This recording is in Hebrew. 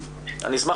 אני אומר את